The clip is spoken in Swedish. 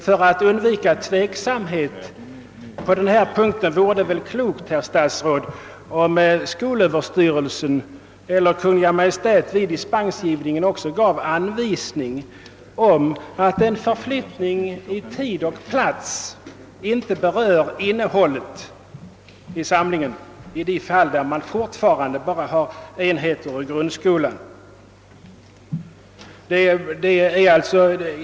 För att undvika tveksamhet på den punkten vore det väl klokt, herr statsråd, om skolöverstyrelsen eller Kungl. Maj:t vid dispensgivningen även gav anvisning om att en förflyttning avseende tid och plats inte berör innehållet i samlingen i de fall där man fortfarande bara har enheter ur grundskolan samlad vid ett och samma tillfälle.